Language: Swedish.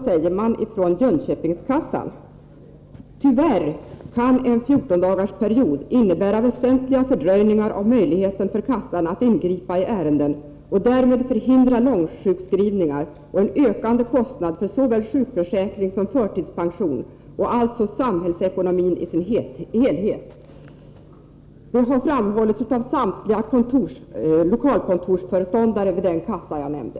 säger man från Jönköpingskassan: ”Tyvärr kan en 14-dagarsperiod innebära väsentliga fördröjningar av möjligheten för kassan att ingripa i ärenden och därmed förhindra långsjukskrivningar och en ökande kostnad för såväl sjukförsäkring som förtidspension och alltså samhällsekonomin i sin helhet.” Detta har framhållits av samtliga lokalkontorsföreståndare vid den kassa jag nämnde.